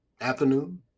afternoon